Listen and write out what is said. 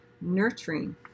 nurturing